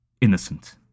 innocent